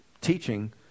teaching